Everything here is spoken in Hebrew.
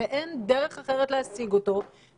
ואחזור על זה שוב,